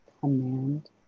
command